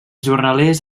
jornalers